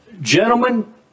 Gentlemen